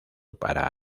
para